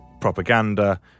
propaganda